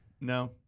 no